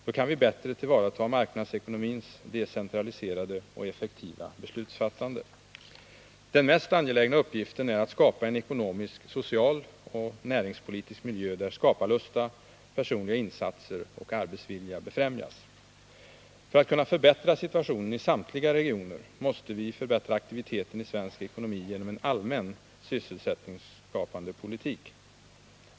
Då kan vi bättre tillvarata marknadsekonomins decentraliscrade och effektiva beslutsfattande. Den mest angelägna uppgiften är att skapa en ekonomisk, social och näringspolitisk miljö, där skaparlust, personliga insatser och arbetsvilja befrämjas. För att kunna förbättra situationen i samtliga regioner måste vi förbättra aktiviteten i svensk ekonomi genom en allmän sysselsättningsskapande politik.